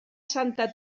santa